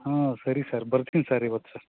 ಹಾಂ ಸರಿ ಸರ್ ಬರ್ತಿನಿ ಸರ್ ಇವತ್ತು ಸರ್